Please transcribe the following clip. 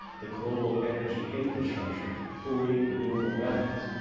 the global energy infrastructure to fully renewable methods.